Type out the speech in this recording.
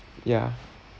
ya